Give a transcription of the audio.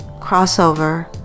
crossover